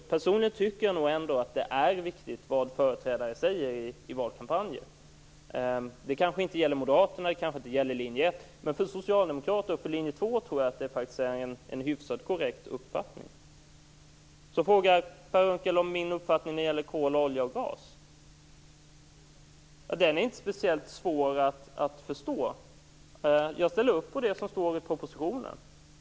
Personligen tycker jag nog ändå att det är viktigt vad företrädare säger i valkampanjer. Det kanske inte gäller Moderaterna, det kanske inte gäller linje 1. Men för Socialdemokraterna och linje 2 tror jag faktiskt att det är en hyfsat korrekt uppfattning. Så frågar Per Unckel om min uppfattning när det gäller kol, olja och gas. Den är inte speciellt svår att förstå. Jag ställer upp på det som står i propositionen.